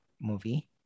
movie